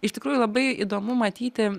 iš tikrųjų labai įdomu matyti